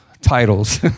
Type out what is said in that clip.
titles